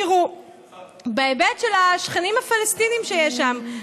בהיבט של השכנים הפלסטינים שיש שם,